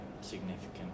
significant